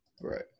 Right